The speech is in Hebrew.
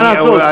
מה לעשות.